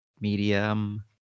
medium